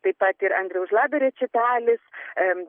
taip pat ir andriaus žlabio rečitalis ir